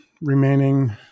remaining